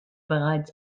bereits